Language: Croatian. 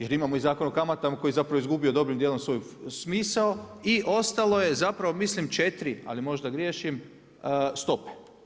Jer imamo Zakon o kamatama koji je zapravo izgubio dobrim dijelom svoj smisao i ostalo je, zapravo mislim 4, ali možda griješim stope.